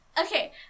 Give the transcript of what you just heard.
Okay